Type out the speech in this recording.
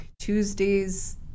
Tuesdays